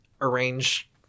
arrange